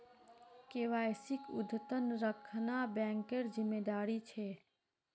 केवाईसीक अद्यतन रखना बैंकेर जिम्मेदारी छे